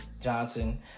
Johnson